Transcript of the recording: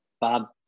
Bob